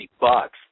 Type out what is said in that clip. bucks